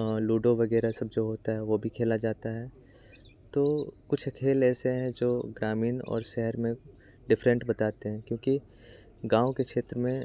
ludo वगैरह सब जो होता है वो भी खेला जाता है तो कुछ खेल ऐसे हैं जो ग्रामीण और शहर में डिफ़रेंट बताते हैं क्योंकि गाँव के क्षेत्र में